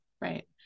Right